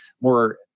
more